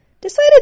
Decided